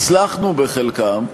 הצלחנו בחלקם,